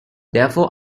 therefore